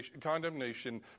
condemnation